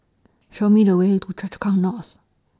Show Me The Way to Chu Kang North